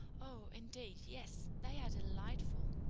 oh, indeed, yes. they are delightful.